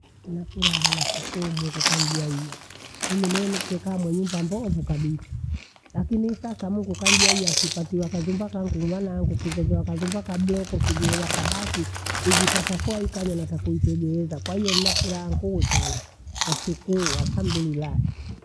Nina furaha nashukuru Mungu kanijaia. Mimi nene tekaa mwenye nyumba mbovu kabisaa, lakini sasa Mungu kanijalia kipatia kazumba khangu uwa nangu ukizengewa kazumba ka bloku kijiwe wakabati hivisasa fua ikaja nata kuitegeeza, kwahiyo nafuraha nguu sana, nashukuu walhamdu lilahi